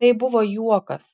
tai buvo juokas